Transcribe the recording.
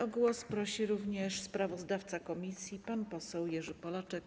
O głos prosi również sprawozdawca komisji pan poseł Jerzy Polaczek.